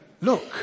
look